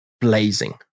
blazing